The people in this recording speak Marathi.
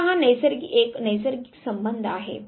आता हा एक नैसर्गिक संबंध आहे